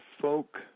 folk